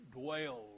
dwells